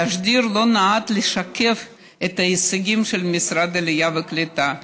התשדיר לא נועד לשקף את ההישגים של משרד העלייה והקליטה.